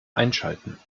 einschalten